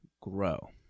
grow